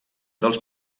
dels